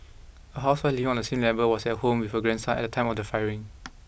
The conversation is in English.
a housewife living on the same level was at home with her grandson at the time of the firing